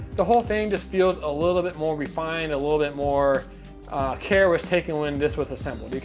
the whole thing just feels a little bit more refined. a little bit more care was taken when this was assembled.